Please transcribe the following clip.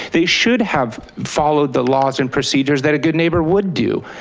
they should have followed the laws and procedures that a good neighbor would do.